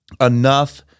enough